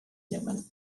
newman